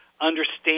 understand